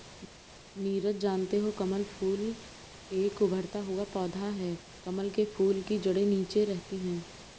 नीरज जानते हो कमल फूल एक उभरता हुआ पौधा है कमल के फूल की जड़े नीचे रहती है